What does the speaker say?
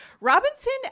Robinson